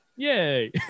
Yay